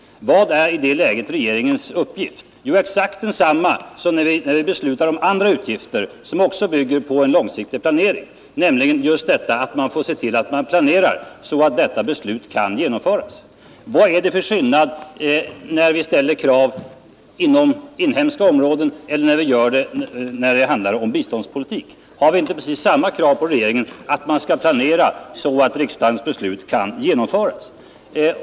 Vad är i detta läge regeringens uppgift? Jo, exakt densamma som när vi beslutar om andra utgifter som också bygger på en långtidsplanering, nämligen att planera så att detta beslut kan genomföras. Vad är det för skillnad när vi ställer krav inom inhemska områden och när vi gör det i fråga om biståndspolitik? Har vi inte precis samma krav på regeringen att den skall planera så att riksdagens beslut kan genomföras?